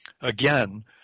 again